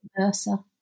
versa